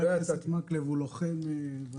חה"כ מקלב הוא לוחם ותיק.